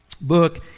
book